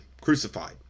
crucified